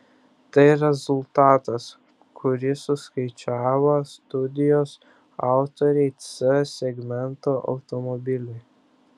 tai rezultatas kurį suskaičiavo studijos autoriai c segmento automobiliui